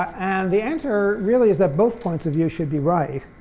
and the answer really is that both points of view should be right.